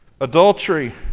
adultery